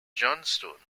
johnstone